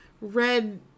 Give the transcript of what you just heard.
red